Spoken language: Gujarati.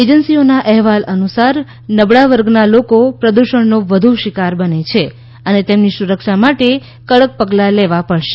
એજન્સીઓના અહેવાલ અનુસાર નબળા વર્ગના લોકો પ્રદુષણનો વધુ શિકાર બને છે અને તેમની સુરક્ષા માટે કડક પગલા લેવા પડશે